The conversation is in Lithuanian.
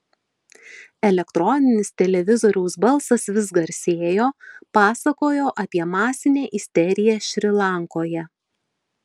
elektroninis televizoriaus balsas vis garsėjo pasakojo apie masinę isteriją šri lankoje